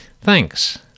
Thanks